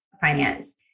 finance